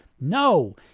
No